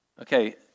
okay